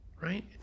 right